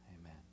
amen